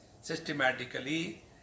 systematically